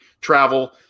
travel